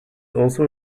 also